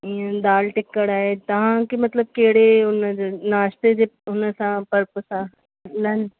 ईंअ दालि टिक्कड़ आहे तव्हांखे मतिलब कहिड़े उन जे नाश्ते जे हुन सां पर्पस सां लंच